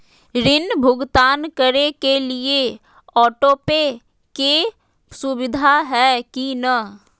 ऋण भुगतान करे के लिए ऑटोपे के सुविधा है की न?